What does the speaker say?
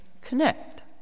connect